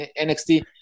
NXT